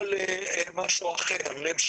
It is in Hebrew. או למשהו אחר.